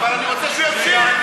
אבל אני רוצה שהוא ימשיך.